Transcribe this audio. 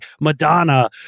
Madonna